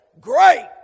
great